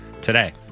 today